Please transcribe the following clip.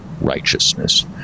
righteousness